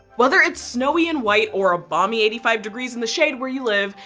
whether it's snowy and white or a balmy eighty five degrees in the shade where you live,